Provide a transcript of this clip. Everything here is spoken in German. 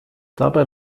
dabei